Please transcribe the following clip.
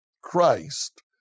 Christ